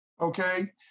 okay